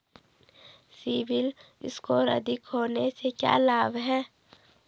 CIBIL score अधिक होने से क्या लाभ हैं?